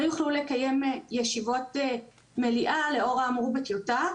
יוכלו לקיים ישיבות מליאה לאור האמור בטיוטה.